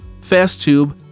FastTube